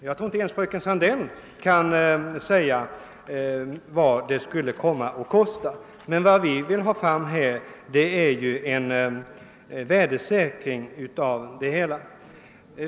Jag tror inte ens att fröken Sandell kan säga vad den skulle komma att kosta. Vad vi vill ha fram här är en värdesäkring.